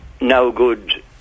no-good